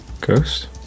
Ghost